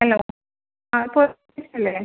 hello ആ police സ്റ്റേഷനല്ലേ